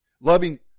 Loving